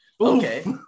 okay